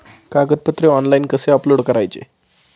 कागदपत्रे ऑनलाइन कसे अपलोड करायचे?